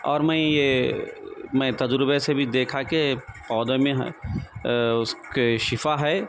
اور میں یہ میں تجربے سے بھی دیکھا کہ پودوں میں ہے اس کے شفا ہے